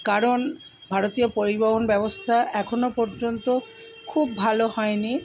কারণ ভারতীয় পরিবহণ ব্যবস্থা এখনও পর্যন্ত খুব ভালো হয়নি